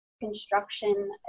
construction